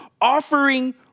offering